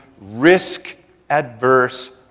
risk-adverse